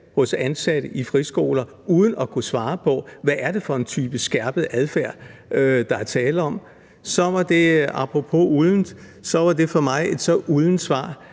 hos ansatte i friskoler uden at kunne svare på, hvad det er for en type skærpet adfærd, der er tale om, så var det, apropos uldent, for mig et så uldent svar,